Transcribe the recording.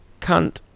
cunt